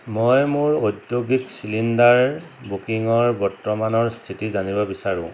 মই মোৰ ঔদ্যোগিক চিলিণ্ডাৰ বুকিঙৰ বৰ্তমানৰ স্থিতি জানিব বিচাৰো